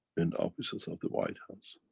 in the offices of the white house.